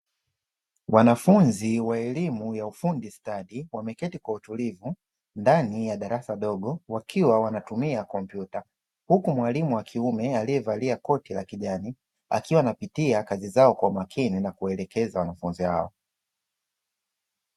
Wanafunzi wa elimu ya ufundi stadi wameketi kwa utulivu ndani ya darasa dogo wakiwa wanatumia kompyuta, huku mwalimu wa kiume aliyevalia koti la kijani akiwa napitia kazi zao kwa makini na kuelekeza wanafunzi wao.